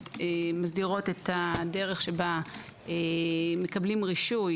שמסדירות את הדרך שבה מקבלים רישוי,